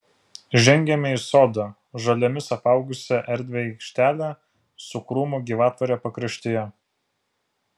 žengėme į sodą žolėmis apaugusią erdvią aikštelę su krūmų gyvatvore pakraštyje